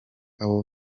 abo